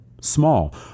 small